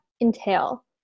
entail